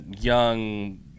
young